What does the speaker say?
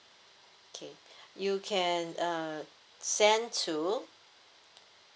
okay you can uh send to